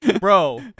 bro